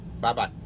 Bye-bye